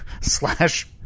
slash